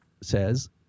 says